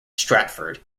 stratford